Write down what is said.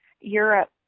Europe